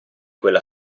quella